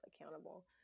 accountable